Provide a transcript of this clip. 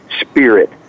spirit